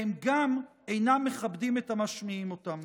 והם גם אינם מכבדים את המשמיעים אותם.